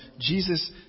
Jesus